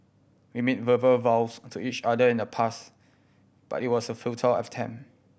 we made verbal vows to each other in the past but it was a futile attempt